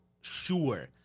sure